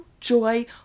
joy